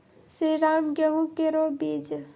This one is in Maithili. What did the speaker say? श्रीराम गेहूँ केरो बीज?